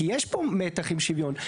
כי יש פה מתח עם שוויון.